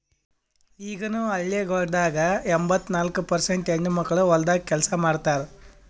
ಈಗನು ಹಳ್ಳಿಗೊಳ್ದಾಗ್ ಎಂಬತ್ತ ನಾಲ್ಕು ಪರ್ಸೇಂಟ್ ಹೆಣ್ಣುಮಕ್ಕಳು ಹೊಲ್ದಾಗ್ ಕೆಲಸ ಮಾಡ್ತಾರ್